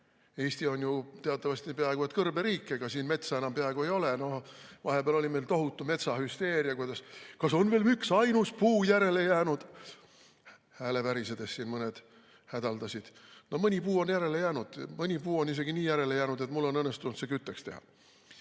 Eesti on ju teatavasti peaaegu et kõrberiik, ega siin metsa enam peaaegu ei ole. Vahepeal oli meil tohutu metsahüsteeria: kas on veel üksainus puu järele jäänud? Hääle värisedes siin mõned hädaldasid. No mõni puu on järele jäänud, mõni puu on isegi nii järele jäänud, et mul on õnnestunud see kütteks teha. See